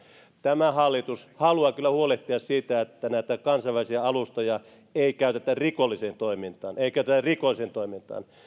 tämä hallitus haluaa kyllä huolehtia siitä että näitä kansainvälisiä alustoja ei käytetä rikolliseen toimintaan ei käytetä rikolliseen toimintaan